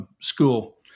school